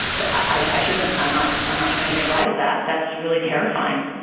but i i shouldn't i'm not i'm not trying to make light of that. that's really terrifying.